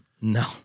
No